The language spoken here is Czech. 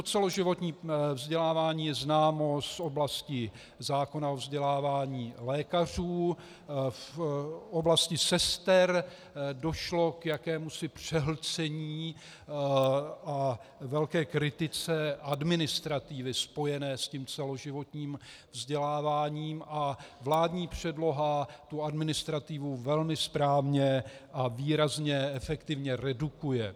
Celoživotní vzdělávání je známo z oblasti zákona o vzdělávání lékařů, v oblasti sester došlo k jakémusi přehlcení a velké kritice administrativy spojené s tím celoživotním vzděláváním a vládní předloha tu administrativu velmi správně a výrazně efektivně redukuje.